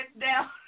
down